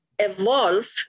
evolve